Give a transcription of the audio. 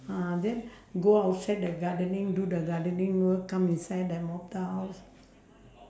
uh then go outside the gardening do the gardening work come inside then mop the house